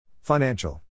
Financial